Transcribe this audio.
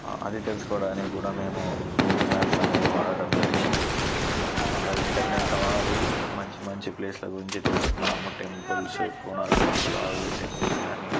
అది తెలుసుకోవడానికి కూడా మేము గూగుల్ మ్యాప్స్ అనేది వాడడం జరిగింది అందులో ఇంటర్నెట్ వాడి మంచి మంచి ప్లేస్ల గురించి తెలుసుకున్నాము టెంపుల్స్ కోణార్క్ టెంపుల్ అవి ఇవి టెంపుల్స్ కాని